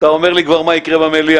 אתה אומר לי כבר מה יהיה במליאה,